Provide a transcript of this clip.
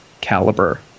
caliber